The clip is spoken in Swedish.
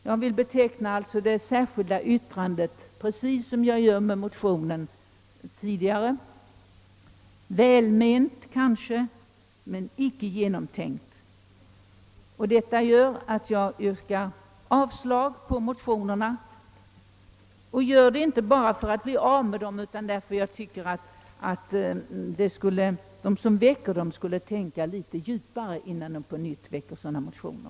Jag vill beteckna det särskilda yttrandet på samma sätt som jag har betecknat motionen tidigare: välment kanske, men icke genomtänkt. Detta gör att jag yrkar avslag på motionerna. Det gör jag inte bara för att bli av med dem, utan därför att jag tycker att de som har väckt dem borde tänka litet djupare innan de på nytt väcker sådana motioner.